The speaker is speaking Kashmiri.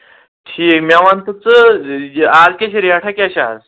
ٹھیٖک مےٚ وَن تہٕ ژٕ یہِ آز کیٛاہ چھِ ریٹھاہ کیٛاہ چھِ آز